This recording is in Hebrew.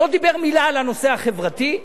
לא דיבר מלה על הנושא החברתי,